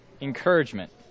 encouragement